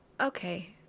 Okay